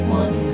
one